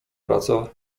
praca